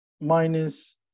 minus